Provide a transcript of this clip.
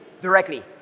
directly